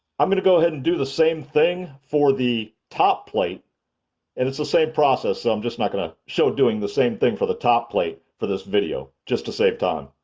i'm going to go ahead and do the same thing for the top plate and it's the same process so i'm just not going to show doing the same thing for the top plate for this video just to save time.